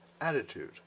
attitude